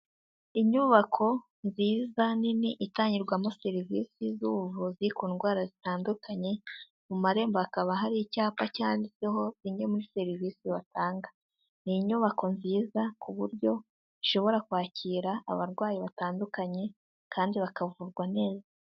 Inyubako nziza nini itangirwamo serivisi z'ubuvuzi ku ndwara zitandukanye, mu marembo hakaba hari icyapa cyanditseho zimwe muri serivisi batanga. Ni inyubako nziza ku buryo ishobora kwakira abarwayi batandukanye kandi bakavurwa neza.